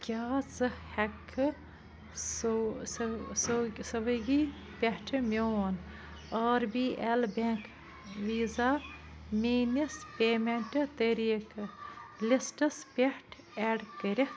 کیٛاہ ژٕ ہٮ۪کہٕ کھہٕ سُوِگی پٮ۪ٹھٕ میون R B L bank visa میٛٲنِس پیمٮ۪نٛٹ طٔریٖقہٕ لِسٹَس پٮ۪ٹھ اٮ۪ڈ کٔرِتھ